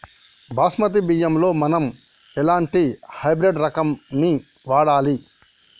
బాస్మతి బియ్యంలో మనం ఎలాంటి హైబ్రిడ్ రకం ని వాడాలి?